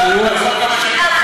תחזור כמה שנים אחורה,